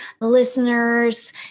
listeners